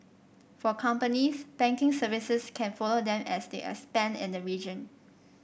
for companies banking services can follow them as they expand in the region